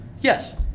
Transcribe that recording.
Yes